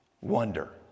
Wonder